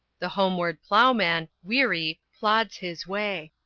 the homeward ploughman, weary, plods his way.